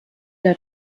der